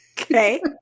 Okay